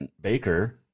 Baker